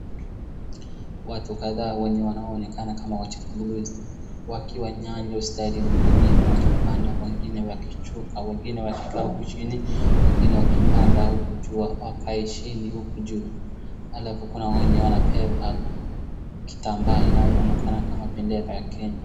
Watu kadhaa wenye wanaonekana kama wachambulizi wakiwa Nyayo stadium. Mwingine akipanda wengine wakishuka. Wengine wakikaa huku chini wengine wakipanda huku juu wake chini huku juu. Alafu kuna wenye wanabeba kitambaa inayoonekana kama bendera ya Kenya.